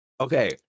Okay